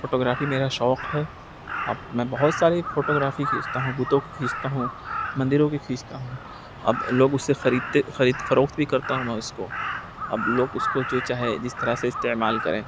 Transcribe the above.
photo گرافی میرا شوق ہے اب میں بہت سارے فوٹو گرافی کی کھینچتا ہوں بتوں کی کھینچتا ہوں مندروں کی کھینچتا ہوں اب لوگ اسے خریدتے خرید فروخت بھی کرتا ہوں میں اس کو اب لوگ اس کو جو چاہے جس طرح سے استعمال کریں